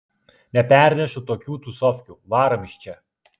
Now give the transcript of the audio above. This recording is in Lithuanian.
nepernešu tokių tūsofkių varom iš čia